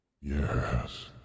Yes